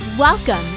Welcome